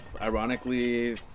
ironically